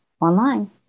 online